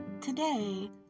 Today